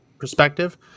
perspective